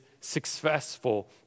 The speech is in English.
successful